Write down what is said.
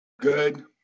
Good